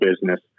business